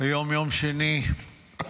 היום יום שני, כ'